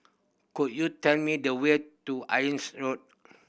could you tell me the way to Road